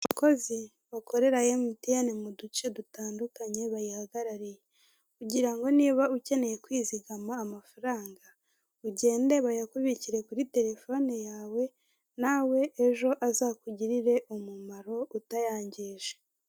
Abakozi bakorera emutiyeni mu duce dutandukanye, bayihagarariye. Kugira ngo niba ukeneye kwizigama amafaranga ugende bayakubikire kuri telefone yawe nawe, ejo azakugirire umumaro utayangije.